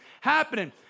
happening